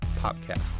podcast